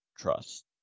trust